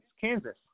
Kansas